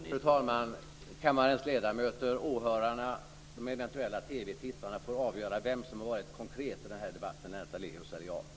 Fru talman! Kammarens ledamöter, åhörarna och de eventuella TV-tittarna får avgöra vem som har varit konkret i den här debatten, Lennart Daléus eller jag.